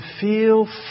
feel